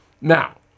Now